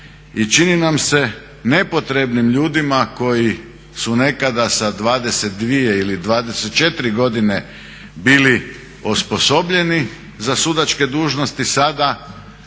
I čini nam se nepotrebnim ljudima koji su nekada sa 22 ili 24 godine bili osposobljeni za sudačke dužnosti sada